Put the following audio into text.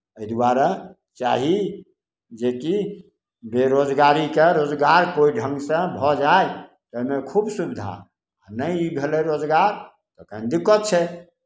एहि दुआरे चाही जेकि बेरोजगारीके रोजगार कोइ ढङ्गसँ भऽ जाय ओहिमे खूब सुविधा नहि ई भेलै बेरोजगार तखन दिक्कत छै